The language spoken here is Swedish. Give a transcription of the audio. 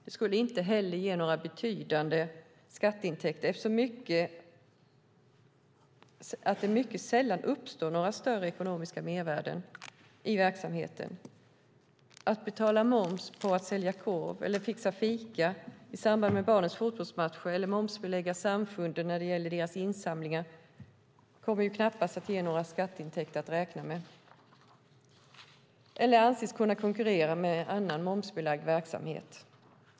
Det skulle inte heller ge några betydande skatteintäkter eftersom det mycket sällan uppstår några större ekonomiska mervärden i verksamheten. Att betala moms på att sälja korv eller fixa fika i samband med barnens fotbollsmatcher eller momsbelägga samfundens insamlingar kommer knappast att ge några skatteintäkter att räkna med eller anses konkurrera med annan momsbelagd verksamhet.